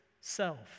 self